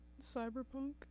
cyberpunk